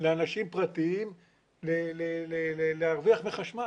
לאנשים פרטיים להרוויח מחשמל.